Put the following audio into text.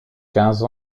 quinze